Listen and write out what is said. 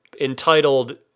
entitled